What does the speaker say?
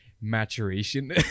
maturation